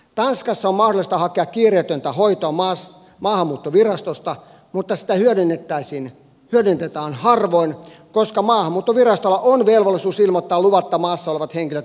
tanskassa on mahdollista hakea kiireetöntä hoitoa maahanmuuttovirastosta mutta sitä hyödynnetään harvoin koska maahanmuuttovirastolla on velvollisuus ilmoittaa luvatta maassa olevat henkilöt poliisille